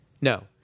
No